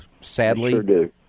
Sadly